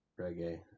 reggae